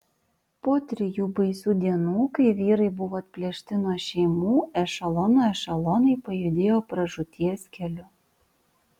po trijų baisių dienų kai vyrai buvo atplėšti nuo šeimų ešelonų ešelonai pajudėjo pražūties keliu